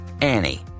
Annie